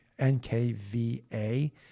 NKVA